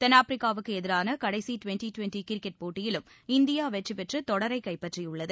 தென்னாப்பிரிக்காவுக்கு எதிரான கடைசி டுவெண்டி டுவெண்டி கிரிக்கெட் போட்டியிலும் இந்தியா வெற்றிபெற்று தொடரைக் கைப்பற்றியுள்ளது